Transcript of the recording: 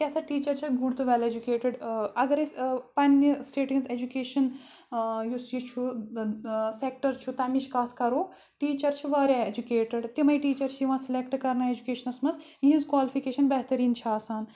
کیٛاہ سا ٹیٖچَر چھےٚ گُڈ تہٕ وٮ۪ل اٮ۪جُکیڈ اگر أسۍ پنٛنہِ سٹیٹہِ ہِنٛز اٮ۪جُکیشَن یُس یہِ چھُ سٮ۪کٹَر چھُ تَمِچ کَتھ کَرو ٹیٖچَر چھِ وارِیاہ اٮ۪جُکیٹٕڈ تِمَے ٹیٖچَر چھِ یِوان سِلٮ۪کٹہٕ کَرنہٕ اٮ۪جُکیشنَس منٛز یِہٕنٛز کالفِکیشَن بہتریٖن چھِ آسان